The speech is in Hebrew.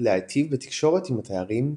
להיטיב בתקשורת עם התיירים והמבקרים.